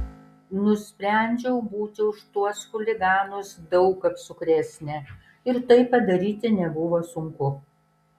nusprendžiau būti už tuos chuliganus daug apsukresnė ir tai padaryti nebuvo sunku